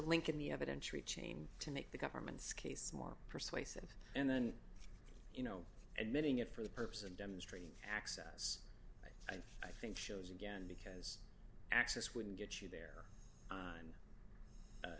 in the evidentiary chain to make the government's case more persuasive and then you know admitting it for the purpose of demonstrating access and i think shows again because access wouldn't get you there on